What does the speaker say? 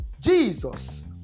Jesus